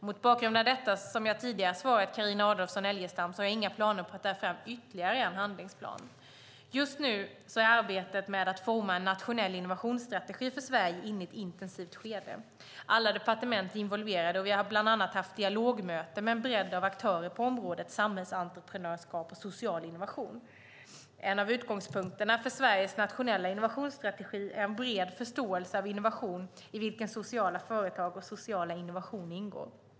Mot bakgrund av detta, och som jag tidigare har svarat Carina Adolfsson Elgestam, har jag inga planer på att ta fram ytterligare en handlingsplan. Just nu är arbetet med att forma en nationell innovationsstrategi för Sverige inne i ett intensivt skede. Alla departement är involverade, och vi har bland annat haft dialogmöten med en bredd av aktörer på området samhällsentreprenörskap och social innovation. En av utgångspunkterna för Sveriges nationella innovationsstrategi är en bred förståelse av innovation, i vilken sociala företag och sociala innovationer ingår.